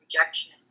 rejection